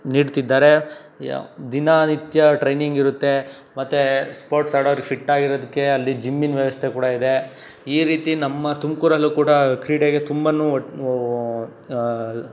ನೀಡ್ತಿದ್ದಾರೆ ದಿನನಿತ್ಯ ಟ್ರೈನಿಂಗ್ ಇರುತ್ತೆ ಮತ್ತೆ ಸ್ಪೋರ್ಟ್ಸ್ ಆಡೋರು ಫಿಟ್ ಆಗಿ ಇರೋದಿಕ್ಕೆ ಅಲ್ಲಿ ಜಿಮ್ಮಿನ ವ್ಯವಸ್ಥೆ ಕೂಡ ಇದೆ ಈ ರೀತಿ ನಮ್ಮ ತುಮಕೂರಲ್ಲೂ ಕೂಡ ಕ್ರೀಡೆಗೆ ತುಂಬ